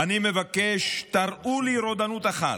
"אני מבקש שתראו לי רודנות אחת,